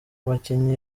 bakinnyi